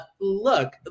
look